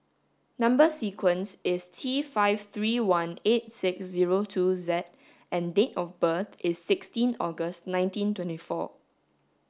number sequence is T five three one eight six zero two Z and date of birth is sixteen August nineteen twenty four